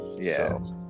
Yes